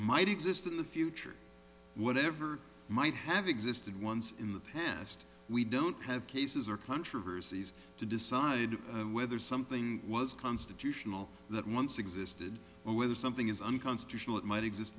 might exist in the future whatever might have existed once in the past we don't have cases or controversies to decide whether something was constitutional that once existed or whether something is unconstitutional it might exist